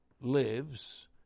lives